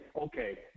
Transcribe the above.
okay